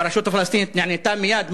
והרשות הפלסטינית נענתה מייד.